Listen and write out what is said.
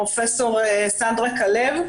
פרופ' סנדרה כלב,